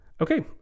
Okay